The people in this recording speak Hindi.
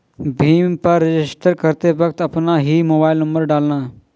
भीम पर रजिस्टर करते वक्त अपना ही मोबाईल नंबर डालना